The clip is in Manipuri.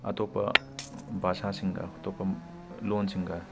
ꯑꯇꯣꯞꯄ ꯚꯥꯁꯥꯁꯤꯡꯒ ꯑꯇꯣꯞꯄ ꯂꯣꯟꯁꯤꯡꯒ